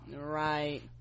right